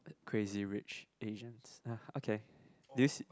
Crazy-Rich-Asians ah okay did you